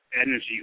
Energy